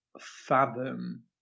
fathom